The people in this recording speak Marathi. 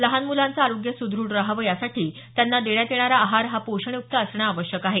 लहान मुलांचं आरोग्य सुद्रढ रहावं यासाठी त्यांना देण्यात येणारा आहार हा पोषण युक्त असणं आवश्यक आहे